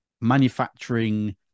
manufacturing